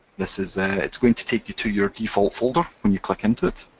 this is a, it's going to take you to your default folder when you click into it.